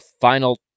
final